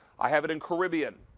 i have it in caribbean,